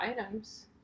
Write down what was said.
items